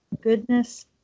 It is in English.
goodness